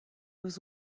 was